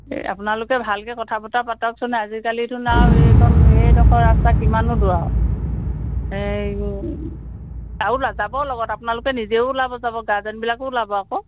এই আপোনালোকে ভালকৈ কথা বতৰা পাতকচোন আজিকালিচোন আৰু এইকণ এইডোখৰ ৰাস্তা কিমাননো দূৰ আৰু এই আৰু যাব লগত আপোনালোকে নিজেও ওলাব যাব গাৰ্জেনবিলাকো ওলাব আকৌ